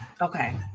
Okay